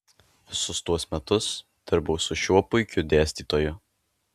visus tuos metus dirbau su šiuo puikiu dėstytoju